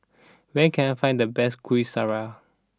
where can I find the best Kuih Syara